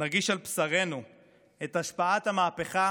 נרגיש על בשרנו את השפעת המהפכה